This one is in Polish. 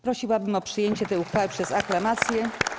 Proszę o przyjęcie tej uchwały przez aklamację.